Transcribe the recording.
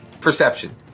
Perception